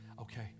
okay